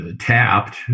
tapped